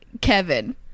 Kevin